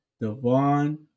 Devon